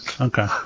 okay